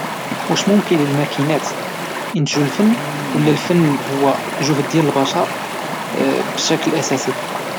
واش ممكن للماكينات ينتجوا الفن ولا الفن هو جهد ديال البشر بشكل أساسي؟